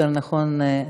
יותר נכון,